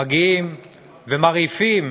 מגיעים ומרעיפים